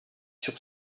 sur